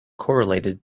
correlated